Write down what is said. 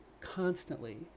constantly